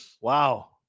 wow